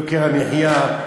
יוקר המחיה,